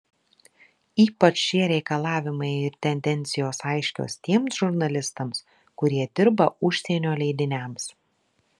ypač šie reikalavimai ir tendencijos aiškios tiems žurnalistams kurie dirba užsienio leidiniams